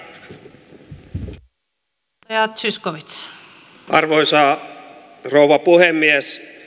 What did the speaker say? arvoisa rouva puhemies